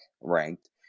ranked